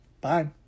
Bye